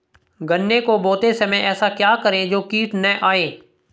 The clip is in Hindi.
गन्ने को बोते समय ऐसा क्या करें जो कीट न आयें?